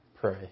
pray